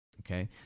okay